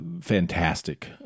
fantastic